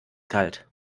kalt